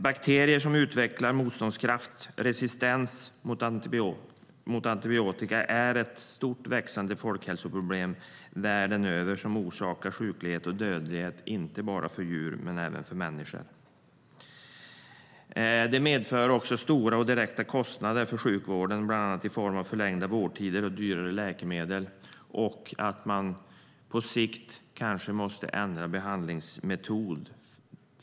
Bakterier som utvecklar motståndskraft, resistens, mot antibiotika är ett stort och växande folkhälsoproblem världen över som orsakar sjukdom och död inte bara för djur utan även för människor. Det medför också stora och direkta kostnader för sjukvården, bland annat i form av förlängda vårdtider och dyrare läkemedel och att man på sikt kanske måste ändra behandlingsmetod.